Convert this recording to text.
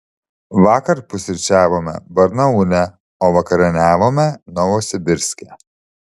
vakar pusryčiavome barnaule o vakarieniavome novosibirske